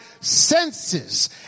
senses